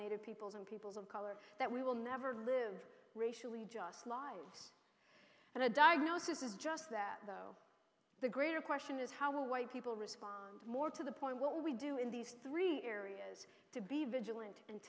native peoples and peoples of color that we will never live racially just lives and a diagnosis is just that though the greater question is how white people respond more to the point what we do in these three areas to be vigilant and